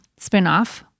spinoff